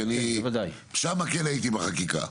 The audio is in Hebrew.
כי אני שם כן הייתי בחקיקה.